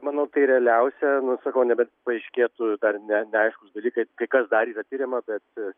manau tai realiausia sakau nebent paaiškėtų dar ne neaiškūs dalykai tai kas dar yra tiriama bet